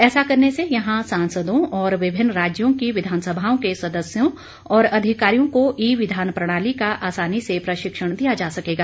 ऐसा करने से यहां सांसदों और विभिन्न राज्यों की विधानसभाओं के सदस्यों और अधिकारियों को ई विधान प्रणाली का आसानी से प्रशिक्षण दिया जा सकेगा